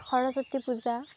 Saraswati Puja